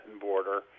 border